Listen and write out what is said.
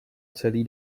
celý